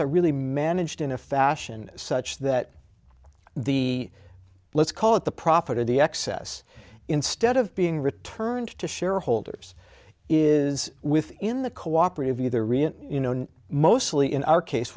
are really managed in a fashion such that the let's call it the profit of the excess instead of being returned to shareholders is within the cooperative either you know mostly in our case